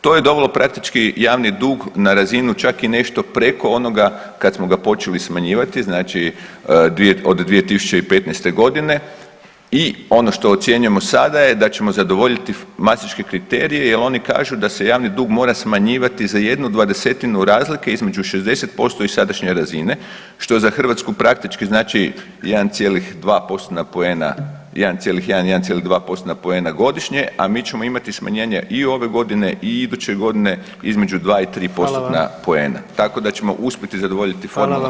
To je dovelo praktički javni dug na razinu čak i nešto preko onoga kad smo ga počeli smanjivati, znači od 2015.g. i ono što ocjenjujemo sada je da ćemo zadovoljiti mastriški kriterije jel oni kažu da se javni dug mora smanjivati za jednu dvadesetinu razlike između 60% i sadašnje razine, što za Hrvatsku praktički znači 1,2-tna poena, 1,1-1,2%-tna poena godišnje, a mi ćemo smanjenje i ove godine i iduće godine između 2 i 3%-tna poena [[Upadica: Hvala vam]] Tako da ćemo uspjeti zadovoljiti formu